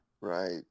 right